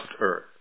earth